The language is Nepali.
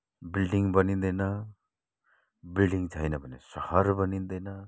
बिल्डिङ बनिँदैन बिल्डिङ छैन भने सहर बनिँदैन